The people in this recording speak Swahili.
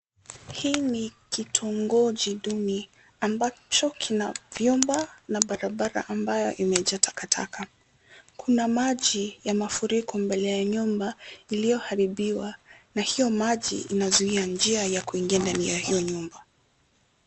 Hii ni kitongoji duni ambacho kina vyumba na barabara ambayo imejaa takataka. Kuna maji ya mafuriko mbele ya nyumba iliyoharibiwa, na hiyo maji inazuia njia ya kuingia ndani ya hiyo nyumba.